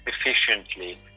efficiently